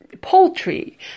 poultry